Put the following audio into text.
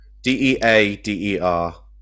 D-E-A-D-E-R